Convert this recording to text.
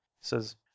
says